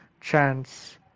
chance